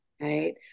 right